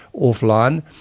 offline